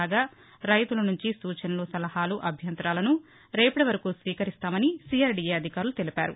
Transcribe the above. కాగా రైతుల నుంచి సూచనలు సలహాలు అభ్యంతరాలను రేపటీవరకు స్వీకరిస్తామని సిఆర్డిఎ అధికారులు తెలిపారు